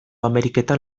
ameriketan